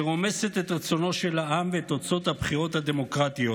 שרומסת את רצונו של העם ואת תוצאות הבחירות הדמוקרטיות,